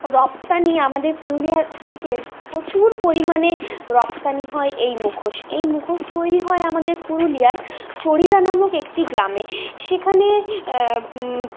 রপ্তানি আমাদের পুরুলিয়া থেকে প্রচুর পরিমাণে রপ্তানি হয় এই মুখোশ এই মুখোশ তৈরি হয় আমাদের পুরুলিয়ার চড়িদা নামক একটি গ্রামে সেখানে